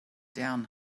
down